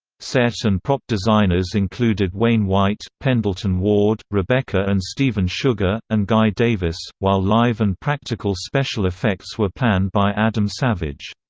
set and prop designers included wayne white, pendleton ward, rebecca and steven sugar, sugar, and guy davis, while live and practical special effects were planned by adam savage.